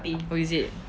oh is it